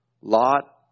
Lot